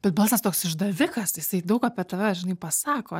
bet balsas toks išdavikas jisai daug apie tave žinai pasako